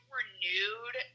renewed